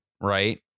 right